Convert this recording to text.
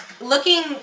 looking